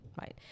right